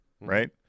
right